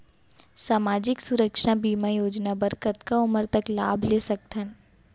सामाजिक सुरक्षा बीमा योजना बर कतका उमर तक लाभ ले सकथन?